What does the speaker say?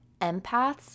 empaths